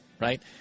right